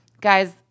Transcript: Guys